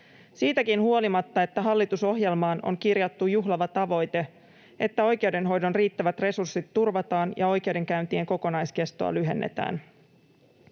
siitäkin huolimatta, että hallitusohjelmaan on kirjattu juhlava tavoite, että oikeudenhoidon riittävät resurssit turvataan ja oikeudenkäyntien kokonaiskestoa lyhennetään.